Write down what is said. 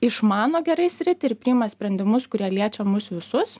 išmano gerai sritį ir priima sprendimus kurie liečia mus visus